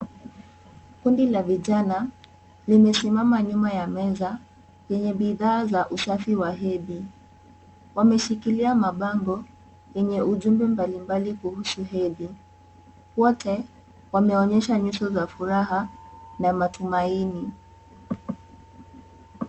Kundi la vijana limesimama nyuma ya meza yenye bidhaa za usafi wa hedhi. Wameshikilia mabango yenye ujumbe mbalimbali kuhusu hedhi. Wote wameonyesha nyuso za furaha na matumaini.